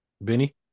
Benny